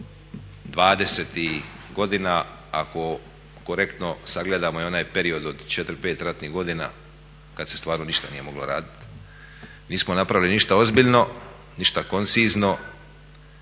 20.tih godina ako korektno sagledamo i onaj period od četiri, pet ratnih godina kad se stvarno ništa nije moglo raditi nismo napravili ništa ozbiljno, ništa koncizno,